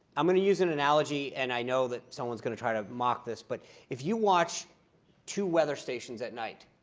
i'm going to use an analogy, and i know that someone is going to try to mock this. but if you watch two weather stations at night,